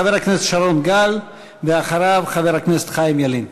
חבר הכנסת שרון גל, ואחריו, חבר הכנסת חיים ילין.